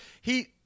he-